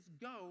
go